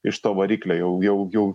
iš to variklio jau jau jau